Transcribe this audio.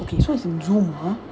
okay so it's in Zoom uh